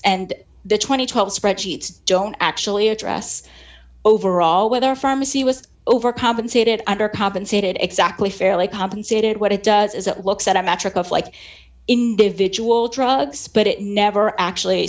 and twelve spreadsheet don't actually address overall whether pharmacy was overcompensated under compensated exactly fairly compensated what it does is it looks at a metric of like individual drugs but it never actually